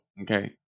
Okay